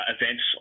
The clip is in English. events